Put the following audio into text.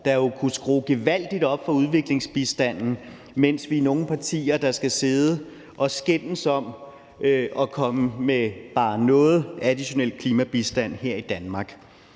der jo kunne skrue gevaldig op for udviklingsbistanden, mens vi er nogle partier, der skal sidde og skændes om at komme med bare noget additionel klimabistand her i Danmark.